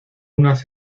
unas